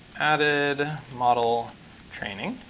added model training.